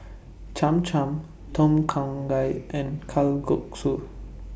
Cham Cham Tom Kha Gai and Kalguksu